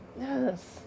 Yes